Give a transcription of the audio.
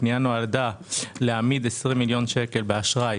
הפנייה נועדה להעמיד 20 מיליון שקל באשראי